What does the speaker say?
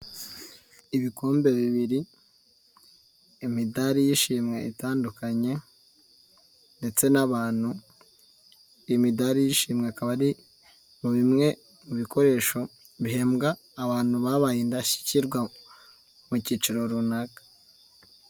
Ibikombe bibiri. imidari y'ishimwe itandukanye, ndetse n'abantu. imidari y'ishimwe ikaba ari, mu bimwe mu bikoresho bihembwa abantu babaye indashyikirwa, mu cyiciro runaka.